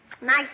Nice